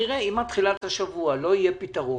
נראה, אם עד תחילת השבוע לא יהיה פתרון,